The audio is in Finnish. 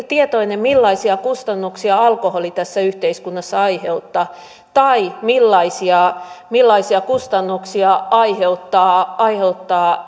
tietoinen millaisia kustannuksia alkoholi tässä yhteiskunnassa aiheuttaa tai millaisia millaisia kustannuksia aiheuttaa aiheuttaa